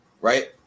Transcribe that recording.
right